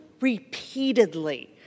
repeatedly